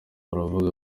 baravuga